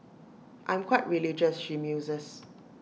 I'm quite religious she muses